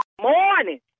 morning